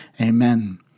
Amen